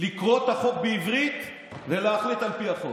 לקרוא את החוק בעברית ולהחליט על פי החוק.